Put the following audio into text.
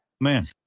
Man